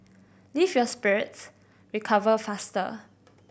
lift your spirits recover faster